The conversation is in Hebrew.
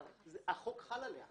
החוק חל עליה.